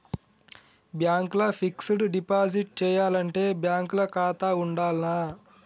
Bank ల fixed deposit చేయాలంటే bank ల ఖాతా ఉండాల్నా?